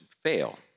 fail